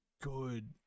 good